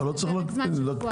לא צריך להקפיא,